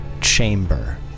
chamber